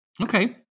Okay